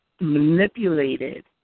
manipulated